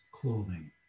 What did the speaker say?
clothing